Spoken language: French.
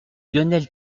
lionel